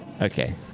okay